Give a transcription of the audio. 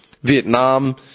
Vietnam